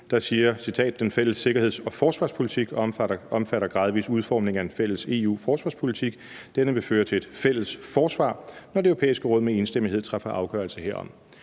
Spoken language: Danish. der siger: »Den fælles sikkerheds- og forsvarspolitik omfatter gradvis udformning af en fælles EU-forsvarspolitik. Denne vil føre til et fælles forsvar, når Det Europæiske Råd med enstemmighed træffer afgørelse herom.«